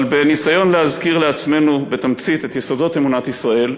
אבל בניסיון להזכיר לעצמנו בתמצית את יסודות אמונת ישראל,